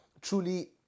truly